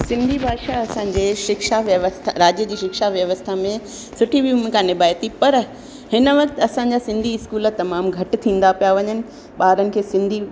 सिंधी भाषा असांजे शिक्षा व्यवस्था राज्य जी शिक्षा व्यवस्था में सुठी भूमिका निभाए थी पर हिन वक़्तु असांजा सिंधी स्कूल तमामु घटि थींदा पिया वञनि ॿारनि खे सिंधी